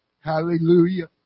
Hallelujah